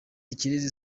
ikirezi